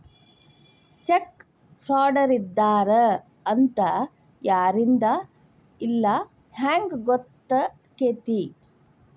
Check ಫ್ರಾಡರಿದ್ದಾರ ಅಂತ ಯಾರಿಂದಾ ಇಲ್ಲಾ ಹೆಂಗ್ ಗೊತ್ತಕ್ಕೇತಿ?